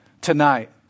tonight